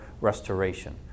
restoration